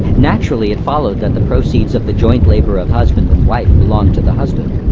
naturally it followed that the proceeds of the joint labor of husband and wife belonged to the husband.